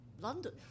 London